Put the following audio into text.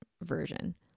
version